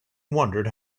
wondered